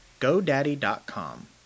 GoDaddy.com